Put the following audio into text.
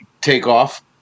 takeoff